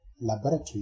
laboratory